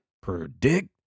predict